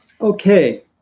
Okay